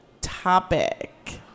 topic